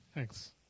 Thanks